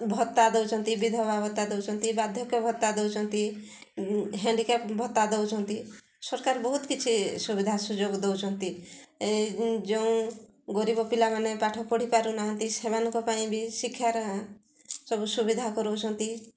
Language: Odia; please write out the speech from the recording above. ଭତ୍ତା ଦଉଛନ୍ତି ବିଧବା ଭତ୍ତା ଦଉଛନ୍ତି ବାଧ୍ୟକ୍ୟ ଭତ୍ତା ଦଉଛନ୍ତି ହଣ୍ଡିକ୍ୟାପଡ଼୍ ଭତ୍ତା ଦଉଛନ୍ତି ସରକାର ବହୁତ କିଛି ସୁବିଧା ସୁଯୋଗ ଦଉଛନ୍ତି ଏ ଯେଉଁ ଗରିବ ପିଲାମାନେ ପାଠ ପଢ଼ି ପାରୁନାହାନ୍ତି ସେମାନଙ୍କ ପାଇଁ ବି ଶିକ୍ଷାର ସବୁ ସୁବିଧା କରଉଛନ୍ତି